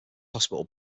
hospital